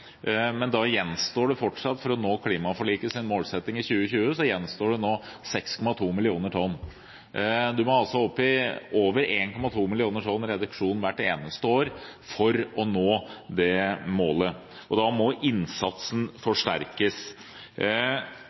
for å nå klimaforlikets målsetting i 2020 gjenstår det fortsatt 6,2 millioner tonn. En må altså opp i over 1,2 millioner tonn reduksjon hvert eneste år for å nå dette målet. Da må innsatsen forsterkes,